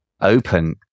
open